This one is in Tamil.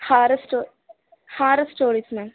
horror story horror stories ma'am